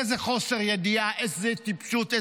איזה חוסר ידיעה, איזו טיפשות.